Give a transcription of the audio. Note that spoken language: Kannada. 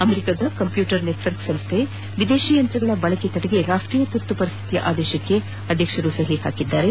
ಅಮೆರಿಕಾದ ಕಂಪ್ಯೂಟರ್ ನೆಟ್ವರ್ಕ್ ಸಂಸ್ಡೆಯೂ ವಿದೇಶೀಯ ಯಂತ್ರಗಳ ಬಳಕೆ ತಡೆಗೆ ರಾಷ್ಟೀಯ ತುರ್ತು ಪರಿಸ್ದಿತಿಯ ಆದೇಶಕ್ಕೆ ಅಧ್ಯಕ್ಷರು ಸಹಿ ಹಾಕಿದ್ದಾರೆ